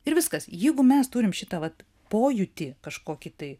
ir viskas jeigu mes turim šitą vat pojūtį kažkokį tai